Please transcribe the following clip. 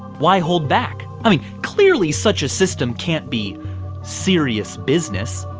why hold back? i mean, clearly such a system can't be serious business.